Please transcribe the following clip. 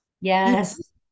Yes